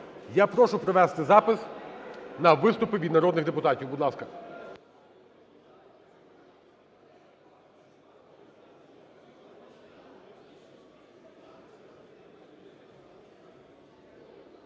Я прошу провести запис на виступи від народних депутатів, будь ласка.